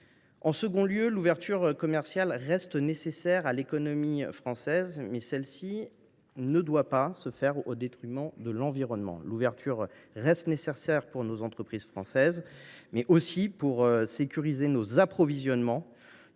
En second lieu, l’ouverture commerciale reste nécessaire à l’économie française, mais elle ne doit pas s’effectuer au détriment de l’environnement. L’ouverture reste nécessaire pour nos entreprises françaises, mais aussi pour la sécurité de nos approvisionnements.